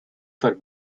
for